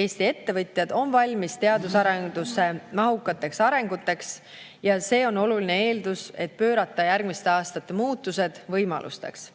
Eesti ettevõtjad on valmis teadus- ja arendusmahukateks arenguteks ja see on oluline eeldus, et pöörata järgmiste aastate muutused võimalusteks.